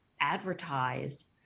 advertised